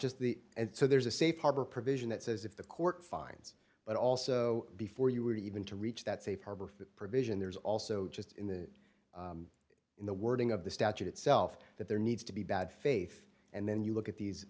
just the and so there's a safe harbor provision that says if the court finds but also before you were to even to reach that safe harbor for provision there's also just in the in the wording of the statute itself that there needs to be bad faith and then you look at these